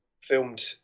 filmed